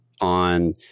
on